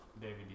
David